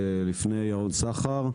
לפני ירון סחר,